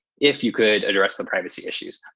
if you could address the privacy issues.